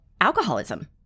alcoholism